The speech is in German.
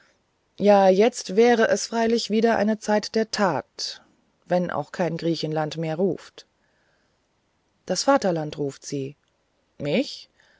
ja jetzt wäre es freilich wieder eine zeit der tat wenn auch kein griechenland mehr ruft das vaterland ruft sie mich